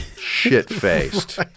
shit-faced